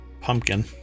pumpkin